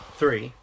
three